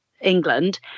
England